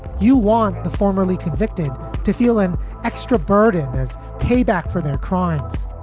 you want the formerly convicted to feel an extra burden as payback for their crimes.